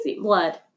blood